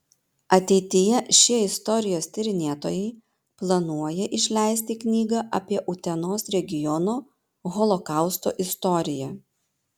ateityje šie istorijos tyrinėtojai planuoja išleisti knygą apie utenos regiono holokausto istoriją